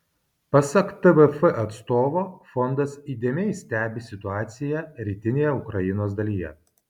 pasak tvf atstovo fondas įdėmiai stebi situaciją rytinėje ukrainos dalyje